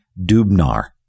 Dubnar